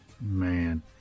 Man